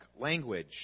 language